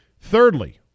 Thirdly